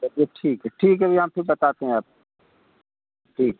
चलिए ठीक है ठीक है भैया हम फिर बताते हैं आपको ठीक